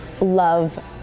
love